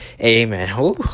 Amen